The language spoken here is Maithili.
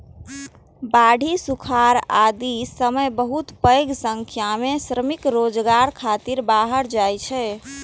बाढ़ि, सुखाड़ आदिक समय बहुत पैघ संख्या मे श्रमिक रोजगार खातिर बाहर जाइ छै